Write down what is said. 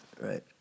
right